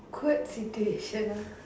could it situation ah